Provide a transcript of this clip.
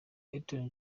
elton